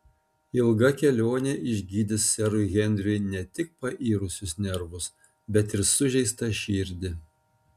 ilga kelionė išgydys serui henriui ne tik pairusius nervus bet ir sužeistą širdį